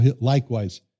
likewise